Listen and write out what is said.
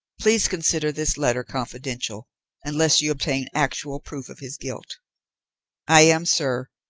please consider this letter confidential unless you obtain actual proof of his guilt i am, sir,